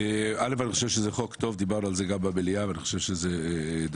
אני חושב שזה חוק טוב.